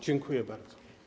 Dziękuję bardzo.